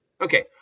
Okay